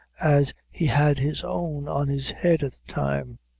as he had his own on his head at the time.